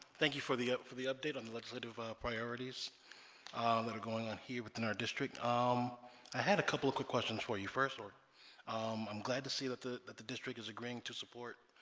thank you for the for the update on the legislative ah priorities that are going on here within our district um i had a couple of quick questions for you first or i'm glad to see that the that the district is agreeing to support